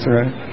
right